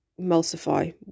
emulsify